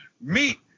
meet